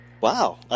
Wow